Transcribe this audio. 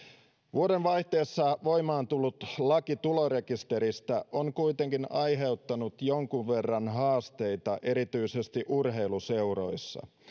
vuodenvaihteessa voimaan tullut laki tulorekisteristä on kuitenkin aiheuttanut jonkun verran haasteita erityisesti urheiluseuroissa